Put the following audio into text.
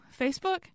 Facebook